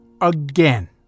again